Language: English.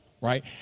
right